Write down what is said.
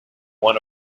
one